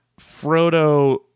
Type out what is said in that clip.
Frodo